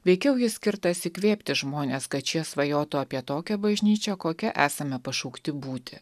veikiau jis skirtas įkvėpti žmones kad šie svajotų apie tokią bažnyčią kokia esame pašaukti būti